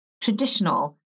traditional